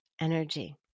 energy